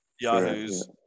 Yahoo's